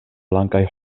blankaj